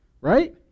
Right